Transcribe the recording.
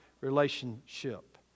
relationship